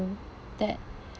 that